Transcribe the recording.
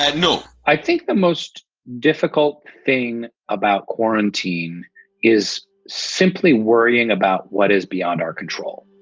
ah you know i think the most difficult thing about quarantine is simply worrying about what is beyond our control.